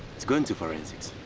it's going to forensics.